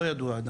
לא ידוע עדיין.